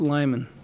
Lyman